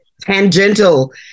tangential